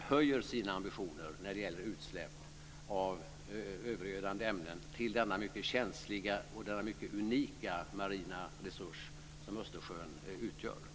höjer sina ambitioner när det gäller utsläpp av övergödande ämnen till den mycket känsliga och mycket unika marina resurs som Östersjön utgör.